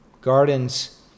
Gardens